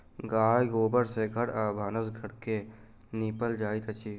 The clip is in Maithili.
गाय गोबर सँ घर आ भानस घर के निपल जाइत अछि